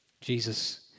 Jesus